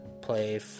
play